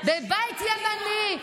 בבית ימני,